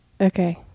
Okay